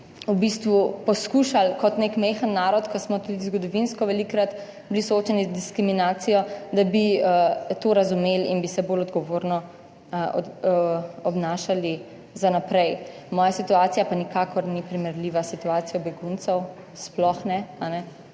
v bistvu poskušali kot nek majhen narod, ki smo tudi zgodovinsko velikokrat bili soočeni z diskriminacijo, da bi to razumeli in bi se bolj odgovorno obnašali za naprej. Moja situacija pa nikakor ni primerljiva s situacijo beguncev, sploh ne, to se